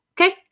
Okay